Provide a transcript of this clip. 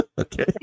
Okay